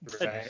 Right